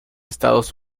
estados